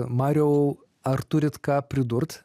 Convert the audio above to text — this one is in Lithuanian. mariau ar turit ką pridurt